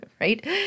right